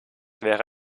wäre